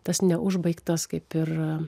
tas neužbaigtas kaip ir